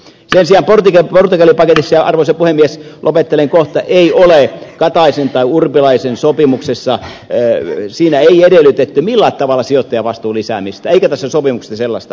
sen sijaan portugali paketin osalta arvoisa puhemies lopettelen kohta kataisen ja urpilaisen sopimuksessa ei edellytetty millään tavalla sijoittajavastuun lisäämistä eikä tässä sopimuksessa sellaista ole